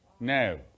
No